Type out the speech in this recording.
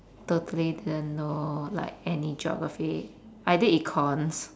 totally didn't know like any geography I did econs